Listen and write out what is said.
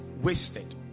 wasted